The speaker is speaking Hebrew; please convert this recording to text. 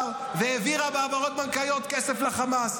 והעבירה בהעברות בנקאיות כסף לחמאס.